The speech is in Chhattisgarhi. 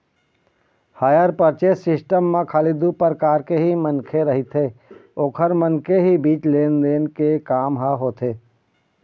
हायर परचेस सिस्टम म खाली दू परकार के ही मनखे रहिथे ओखर मन के ही बीच लेन देन के काम ह होथे